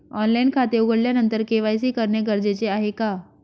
Online खाते उघडल्यानंतर KYC करणे गरजेचे आहे का?